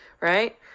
right